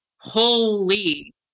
holy